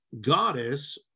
goddess